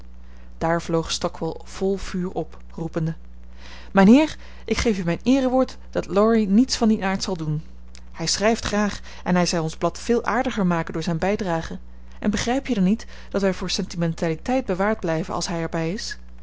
daar vloog stockwall vol vuur op roepende mijnheer ik geef u mijn eerewoord dat laurie niets van dien aard zal doen hij schrijft graag en hij zou ons blad veel aardiger maken door zijn bijdragen en begrijp je dan niet dat wij voor sentimentaliteit bewaard blijven als hij er bij is